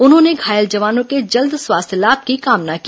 उन्होंने घायल जवानों के जल्द स्वास्थ्य लाभ की कामना की